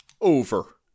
over